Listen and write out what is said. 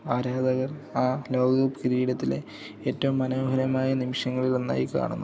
ആരാധകർ ആ ലോകകപ്പ് കിരീടത്തിലെ ഏറ്റവും മനോഹരമായ നിമിഷങ്ങളിൽ ഒന്നായി കാണുന്നു